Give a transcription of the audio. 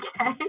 okay